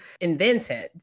invented